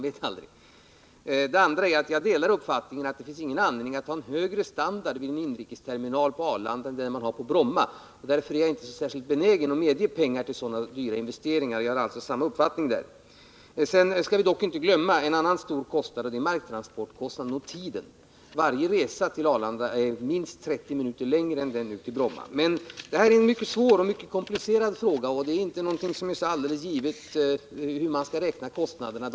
Vidare delar jag uppfattningen att det inte finns någon anledning att ha högre standard vid en inrikesterminal på Arlanda än vad man har på Bromma. Därför är jag inte särskilt benägen att medge pengar till sådana stora investeringar. På den punkten har vi alltså samma uppfattning. Sedan skall vi dock inte glömma en annan stor kostnad, nämligen marktransportkostnaden, och tidsåtgången. Varje resa till Arlanda är minst 30 minuter längre än resan ut till Bromma. Det här är en mycket svår och komplicerad fråga, och det är inte alldeles givet hur man skall räkna kostnaderna.